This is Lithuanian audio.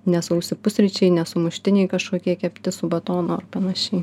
ne sausi pusryčiai ne sumuštiniai kažkokie kepti su batonu ar panašiai